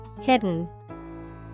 Hidden